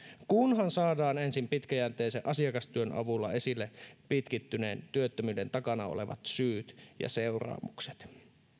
kunhan saadaan ensin pitkäjänteisen asiakastyön avulla esille pitkittyneen työttömyyden takana olevat syyt ja seuraamukset